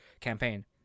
campaign